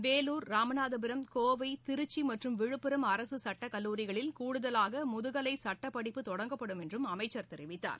வேலூர் ராமநாதபுரம் கோவை திருச்சிமற்றும் விழுப்புரம் அரசுசட்டக் கல்லுரிகளில் கூடுதலாகமுதுகலைசட்டப்படிப்பு தொடங்கப்படும் என்றும் அமைச்சர் தெரிவித்தார்